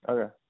Okay